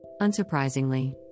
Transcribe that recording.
Unsurprisingly